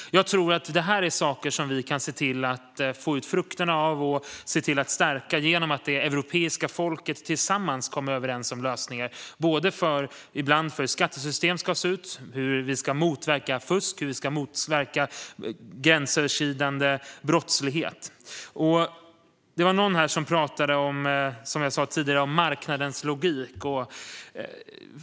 Jag tror att detta är saker som vi kan få ut frukterna av och även stärka genom att det europeiska folket tillsammans kommer överens om lösningar på hur skattesystem ska se ut, hur vi ska motverka fusk och hur vi ska motverka gränsöverskridande brottslighet. Det var som sagt någon här som pratade om marknadens logik.